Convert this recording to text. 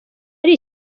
ari